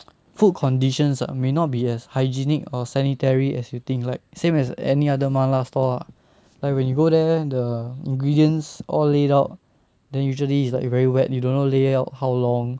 food conditions ah may not be as hygienic or sanitary as you think like same as any other 麻辣 store lah like when you go there and the ingredients all laid out then usually is like very wet you don't know lay out how long